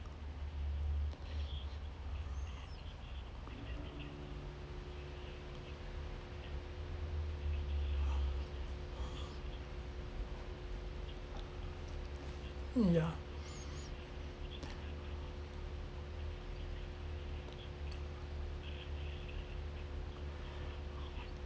hmm ya